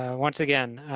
once again,